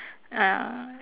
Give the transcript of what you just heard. uh